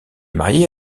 mariée